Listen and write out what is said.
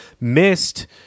missed